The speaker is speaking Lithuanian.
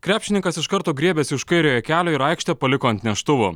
krepšininkas iš karto griebėsi už kairiojo kelio ir aikštę paliko ant neštuvų